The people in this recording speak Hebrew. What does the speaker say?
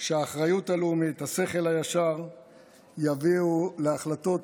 שהאחריות הלאומית והשכל הישר יביאו להחלטות